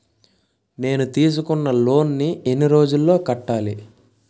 నేను తీసుకున్న లోన్ నీ ఎన్ని రోజుల్లో కట్టాలి?